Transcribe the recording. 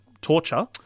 torture